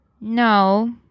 No